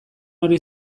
hori